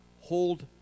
hold